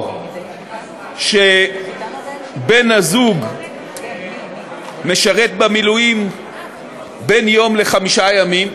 או שבן-הזוג משרת במילואים בין יום לחמישה ימים,